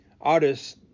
artists